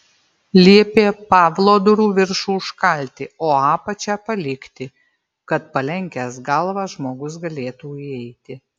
liepė pavlo durų viršų užkalti o apačią palikti kad palenkęs galvą žmogus galėtų įeiti